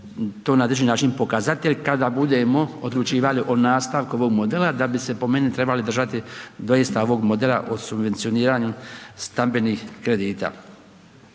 to na određeni način pokazatelj kada budemo odlučivali o nastavku ovog modela da bi se po meni trebali držati doista ovog modela o subvencioniranju stambenih kredita.